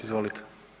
Izvolite.